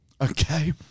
Okay